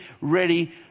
ready